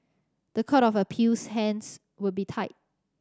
the Court of Appeal's hands would be tied